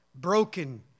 broken